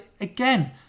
again